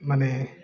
माने